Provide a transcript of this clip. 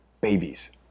babies